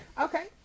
okay